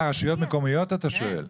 רשויות מקומיות אתה שואל,